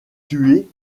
tué